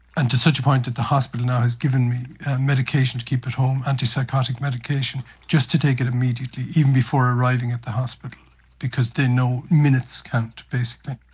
and to such a point that the hospital now given me medication to keep at home, antipsychotic medication, just to take it immediately, even before arriving at the hospital because they know minutes count basically.